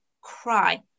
cry